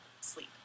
sleep